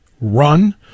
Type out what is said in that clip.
run